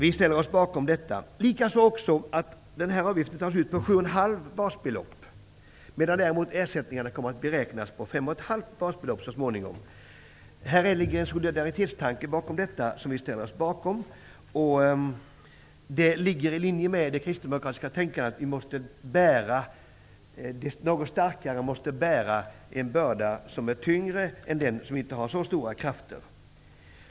Vi ställer oss bakom förslaget, liksom bakom förslaget att avgiften skall tas ut på 7,5 basbelopp, medan ersättningarna kommer att beräknas på 5,5 basbelopp så småningom. Det ligger en solidaritetstanke bakom detta, som vi ställer oss bakom. Det ligger i linje med det kristdemokratiska tänkandet att den som är starkare måste bära en tyngre börda än den som inte har så stora krafter.